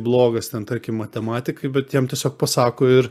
blogas ten tarkim matematikai bet jam tiesiog pasako ir